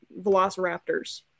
Velociraptors